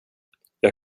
jag